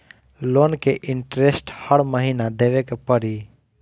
Loan के interest हर महीना देवे के पड़ी?